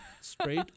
straight